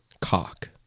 Cock